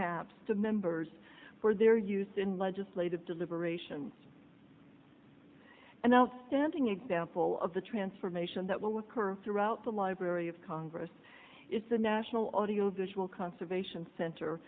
maps to members for their use in legislative deliberations an outstanding example of the transformation that will occur throughout the library of congress is the national audiovisual conservation center